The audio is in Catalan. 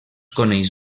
coneix